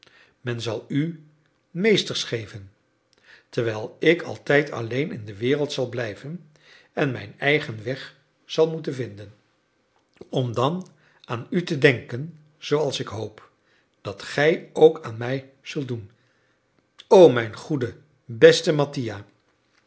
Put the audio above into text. men zal u meesters geven terwijl ik altijd alleen in de wereld zal blijven en mijn eigen weg zal moeten vinden om dan aan u te denken zooals ik hoop dat gij ook aan mij zult doen o mijn goede beste mattia